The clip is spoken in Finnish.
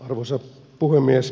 arvoisa puhemies